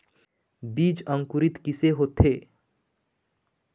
बीज अंकुरित कैसे होथे?